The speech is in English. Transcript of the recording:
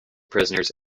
prisoners